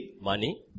Money